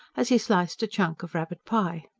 as he sliced a chunk of rabbit-pie.